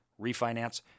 Refinance